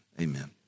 amen